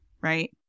right